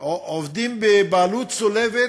ועובדים בבעלות צולבת,